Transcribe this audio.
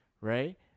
Right